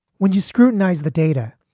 when you scrutinize the data,